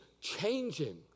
changing